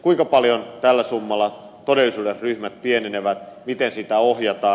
kuinka paljon tällä summalla todellisuudessa ryhmät pienenevät miten sitä ohjataan